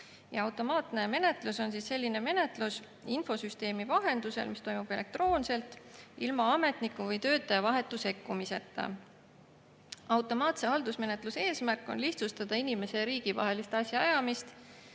Automaatne menetlus on selline infosüsteemi vahendusel toimuv menetlus, mis toimub elektroonselt ilma ametniku või töötaja vahetu sekkumiseta. Automaatse haldusmenetluse eesmärk on lihtsustada inimese ja riigi vahelist asjaajamist